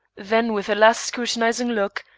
then with a last scrutinizing look,